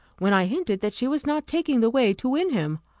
when i hinted that she was not taking the way to win him!